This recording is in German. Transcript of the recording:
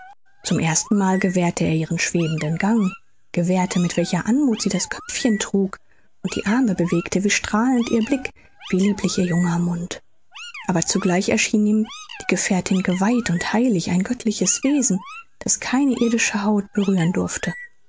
zum ersten mal gewahrte er ihren schwebenden gang gewahrte mit welcher anmuth sie das köpfchen trug und die arme bewegte wie strahlend ihr blick wie lieblich ihr junger mund aber zugleich erschien ihm die gefährtin geweiht und heilig ein göttliches wesen das keine irdische hand berühren durfte